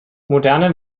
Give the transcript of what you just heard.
moderne